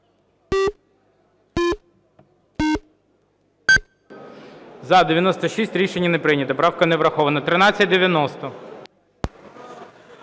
За-96 Рішення не прийнято. Правка не врахована. 1390.